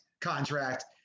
contract